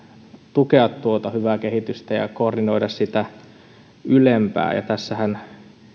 tukea tuota hyvää kehitystä ja koordinoida sitä ylempää tässähän